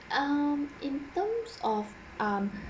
um in terms of um